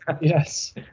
yes